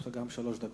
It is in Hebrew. שלוש דקות.